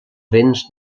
vents